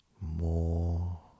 more